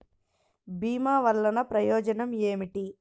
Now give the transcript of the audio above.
భీమ వల్లన ప్రయోజనం ఏమిటి?